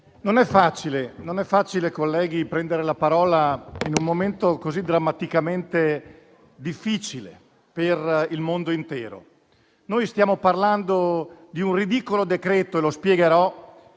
non è facile prendere la parola in un momento così drammaticamente difficile per il mondo intero. Noi stiamo parlando di un ridicolo decreto - e spiegherò